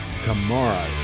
tomorrow